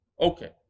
okay